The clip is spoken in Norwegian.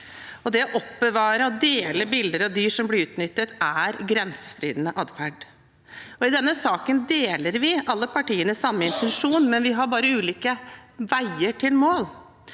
Det å oppbevare og dele bilder av dyr som blir utnyttet, er grenseoverskridende atferd. I denne saken deler alle partiene samme intensjon; vi har bare ulike veier til målet.